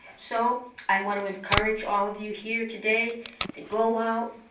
so i want to encourage all of you here today to go out,